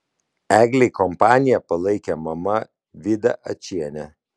eglei kompaniją palaikė mama vida ačienė